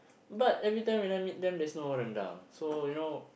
but every time when I meet them there's no rendang so you know